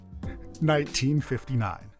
1959